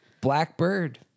Blackbird